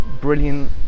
brilliant